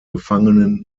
gefangenen